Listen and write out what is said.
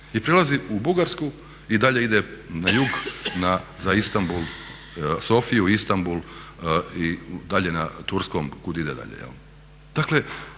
i prelazi u Bugarsku i dalje ide na jug za Istanbul, Sofiju, Istanbul i dalje na turskom kud ide dalje.